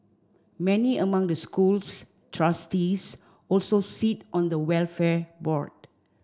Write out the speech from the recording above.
many among the school's trustees also sit on the welfare board